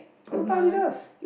I don't buy Adidas